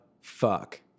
fuck